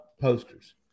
posters